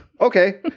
Okay